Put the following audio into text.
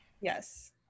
yes